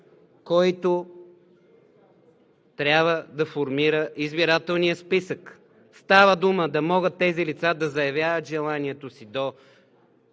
който трябва да формира избирателния списък. Става дума да могат тези лица да заявяват желанието си до